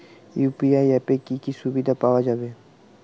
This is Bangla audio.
ইউ.পি.আই অ্যাপে কি কি সুবিধা পাওয়া যাবে?